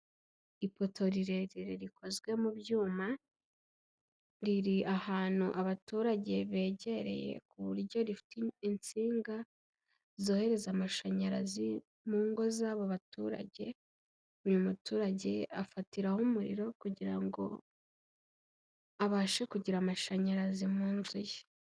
Ipoto rirerire rikozwe mu byuma, riri ahantu abaturage begereye ku buryo rifite insinga zohereza amashanyarazi mu ngo z'abo baturage, buri muturage afatiraho umuriro kugira ngo abashe kugira amashanyarazi mu nzu ye.